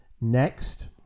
next